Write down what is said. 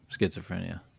schizophrenia